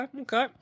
Okay